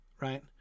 right